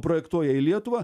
projektuoja į lietuvą